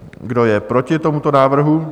Kdo je proti tomuto návrhu?